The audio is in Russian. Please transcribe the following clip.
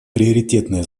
приоритетное